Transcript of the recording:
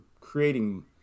creating